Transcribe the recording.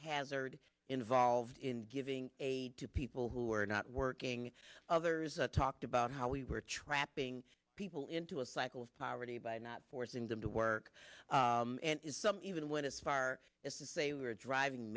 hazard involved in giving aid to people who were not working others a talked about how we were trapping people into a cycle of poverty by not forcing them to work and is some even went as far as to say we're driving